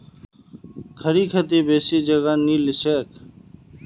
खड़ी खेती बेसी जगह नी लिछेक